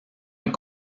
est